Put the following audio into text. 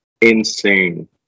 insane